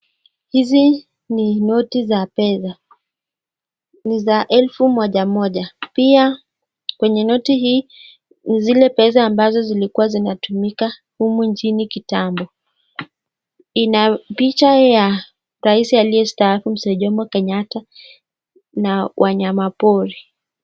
Hizi ni noti za pesa, ni za elfu moja moja pia kwenye noti hii ni zile pesa ambazo zilikuwa zinatumika humu nchini kitambo. Ina picha ya raisi aliyestaafu mzee Jomo Kenyatta na wanyama pori.